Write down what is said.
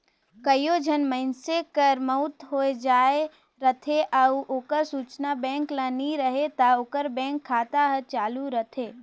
कइयो झन मइनसे कर मउत होए जाए रहथे अउ ओकर सूचना बेंक ल नी रहें ता ओकर बेंक खाता हर चालू रहथे